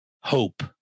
hope